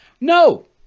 No